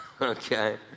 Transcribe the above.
Okay